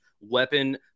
weapon